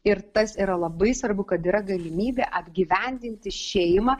ir tas yra labai svarbu kad yra galimybė apgyvendinti šeimą